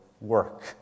work